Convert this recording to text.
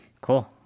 Cool